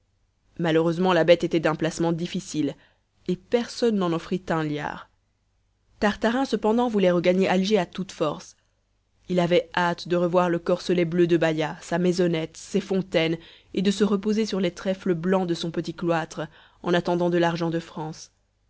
malheureusement la bête était d'un placement difficile et personne n'en offrit un liard tartarin cependant voulait regagner alger à toute force il avait hâte de revoir le corselet bleu de baïa sa maisonnette ses fontaines et de se reposer sur les trèfles blancs de son petit cloître en attendant de l'argent de france